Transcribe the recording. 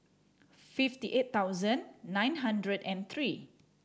fifty eight thousand nine hundred and three